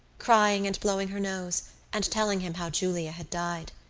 crying and blowing her nose and telling him how julia had died.